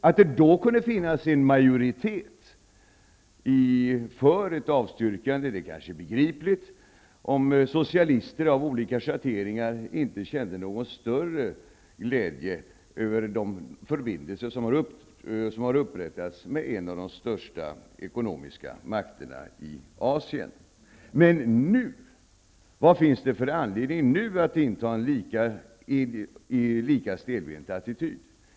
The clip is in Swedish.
Att det då kunde finnas en majoritet för ett avstyrkande är kanske begripligt. Socialister av olika schatteringar kanske inte kände någon större glädje över de förbindelser som hade upprättats med en av de största ekonomiska makterna i Asien. Men vad finns det för anledning nu att inta en lika stelbent attityd?